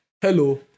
hello